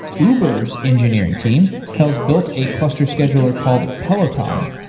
uber's engineering team has built a cluster scheduler called peloton.